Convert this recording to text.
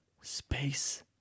space